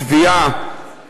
לתביעה